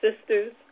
sisters